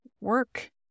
work